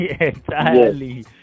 Entirely